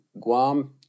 Guam